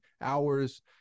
hours